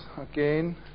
again